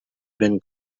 been